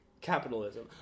capitalism